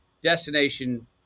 destination